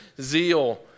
zeal